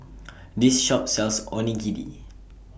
This Shop sells Onigiri